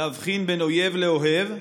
להבחין בין אויב לאוהב,